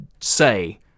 say